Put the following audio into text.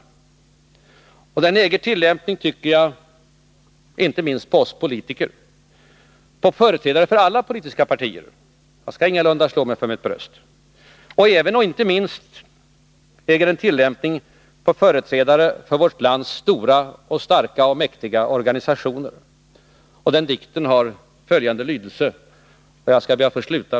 Den äger tillämpning, tycker jag, inte minst på oss politiker — på företrädare för alla politiska partier; jag skall ingalunda slå mig för mitt bröst. Även och inte minst äger den tillämpning på företrädare för vårt lands stora, mäktiga och starka organisationer. Jag skall be att få sluta med att läsa den dikten, fru talman.